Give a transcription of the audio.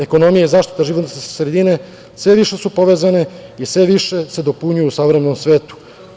Ekonomije i zaštita životne sredine sve više su povezane i sve više se dopunjuju u savremenom svetu.